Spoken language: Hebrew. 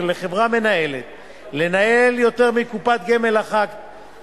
לחברה מנהלת לנהל יותר מקופת גמל אחת